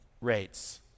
rates